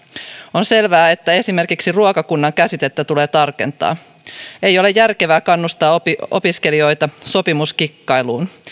on selvää että esimerkiksi ruokakunnan käsitettä tulee tarkentaa ei ole järkevää kannustaa opiskelijoita sopimuskikkailuun